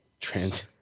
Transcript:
Trans